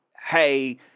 hey